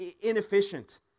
inefficient